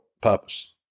purpose